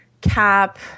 Cap